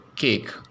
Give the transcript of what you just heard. cake